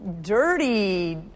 dirty